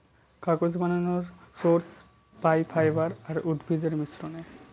কাগজ বানানর সোর্স পাই ফাইবার আর উদ্ভিদের মিশ্রনে